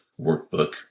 workbook